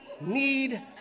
need